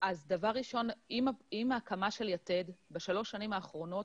עם ההקמה של יתד בשלוש שנים האחרונות,